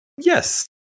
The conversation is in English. Yes